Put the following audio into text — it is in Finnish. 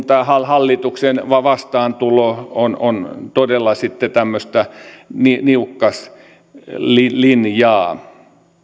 tämä hallituksen vastaantulo on on todella tämmöistä niukkaslinjaa